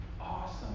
awesome